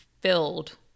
filled